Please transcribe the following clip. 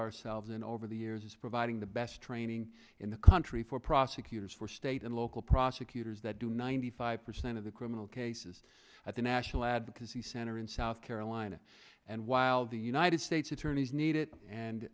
ourselves in over the years is providing the best training in the country for prosecutors for state and local prosecutors that do ninety five percent of the criminal cases at the national advocacy center in south carolina and while the united states attorneys need it and